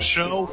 Show